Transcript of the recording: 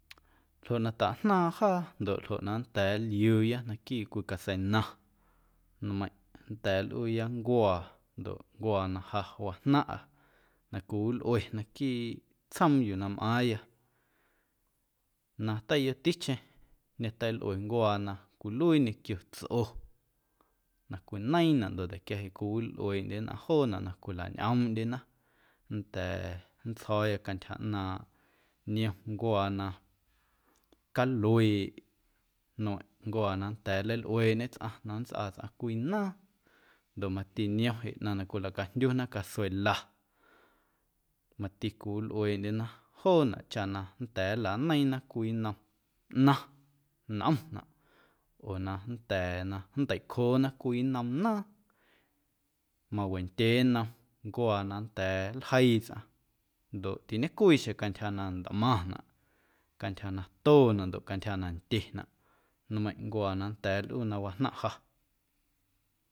Ljoꞌ na tajnaaⁿꞌ jaa ndoꞌ ljoꞌ na nnda̱a̱ nliuuya naquiiꞌ cwii caseina nmeiⁿꞌ nnda̱a̱ nlꞌuuya ncuaa ndoꞌ ncuaa na ja wajnaⁿꞌa na cwiwilꞌue naquiiꞌ tsjoom yuu na mꞌaaⁿya na teiyoticheⁿ ñeteilꞌue ncuaa na cwiluii ñequio tsꞌo na cwineiiⁿnaꞌ ndoꞌ nda̱nquia jeꞌ cwiwilꞌueeꞌndye nnꞌaⁿ joonaꞌ na cwilañꞌoomꞌndyena nnda̱a̱ nntjo̱o̱ya cantyja ꞌnaaⁿꞌ niom ncuaa na calueeꞌ nmeiⁿꞌ ncuaa na nnda̱a̱ nleilꞌueeꞌñe tsꞌaⁿ na nntsꞌaa tsꞌaⁿ cwii naaⁿ ndoꞌ mati niom jeꞌ ꞌnaⁿ na cwilacajndyuna casuela mati cwiwilꞌueeꞌndyena joonaꞌ chaꞌ na nnda̱a̱ nlaneiiⁿna cwii nnom ꞌnaⁿ nꞌomnaꞌ oo na nnda̱a̱ na nnteicjoonaꞌ cwii nnom naaⁿ mawendyee nnom ncuaa na nnda̱a̱ nljeii tsꞌaⁿ ndoꞌ tiñecwii xjeⁿ cantyja na ntꞌmaⁿnaꞌ, cantyja na toonaꞌ ndoꞌ cantyja na ndyenaꞌ nmeiⁿꞌ ncuaa na nnda̱a̱ nlꞌuu na wajnaⁿꞌ ja.